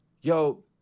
Yo